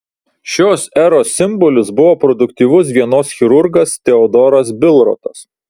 šios eros simbolis buvo produktyvus vienos chirurgas teodoras bilrotas